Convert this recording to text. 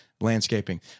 Landscaping